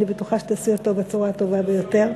אני בטוחה שתעשי אותו בצורה הטובה ביותר.